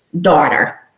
daughter